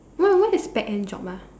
what what is back end job ah